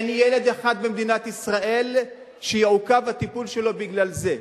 אין ילד אחד במדינת ישראל שיעוכב הטיפול שלו בגלל זה.